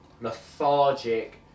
lethargic